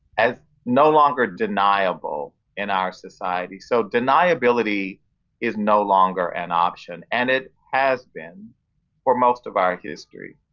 as no longer deniable in our society. so deniability is no longer an option, and it has been for most of our history.